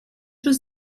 was